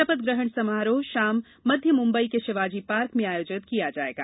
शपथ ग्रहण समारोह शाम मध्य मुंबई के शिवाजी पार्क में आयोजित किया जाएगा